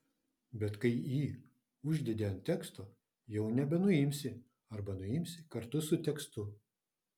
bet kai jį uždedi ant teksto jau nebenuimsi arba nuimsi kartu su tekstu